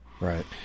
Right